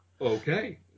Okay